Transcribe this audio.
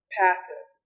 passive